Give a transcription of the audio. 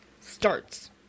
starts